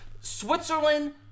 Switzerland